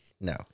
No